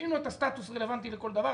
קובעים לו את הסטטוס שרלבנטי לכל דבר,